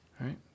right